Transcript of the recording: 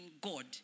God